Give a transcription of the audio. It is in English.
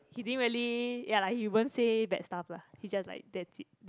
he didn't really ya lah he won't say bad stuff lah he just like that's it that